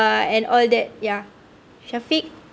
and all that ya shafiq